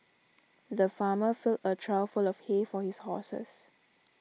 the farmer filled a trough full of hay for his horses